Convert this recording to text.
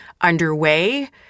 underway